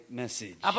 message